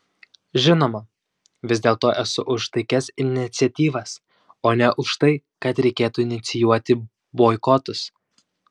žinoma vis dėlto esu už taikias iniciatyvas o ne už tai kad reikėtų inicijuoti boikotus